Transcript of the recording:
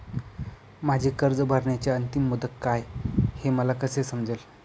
माझी कर्ज भरण्याची अंतिम मुदत काय, हे मला कसे समजेल?